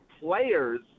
players